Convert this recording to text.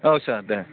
औ सार दे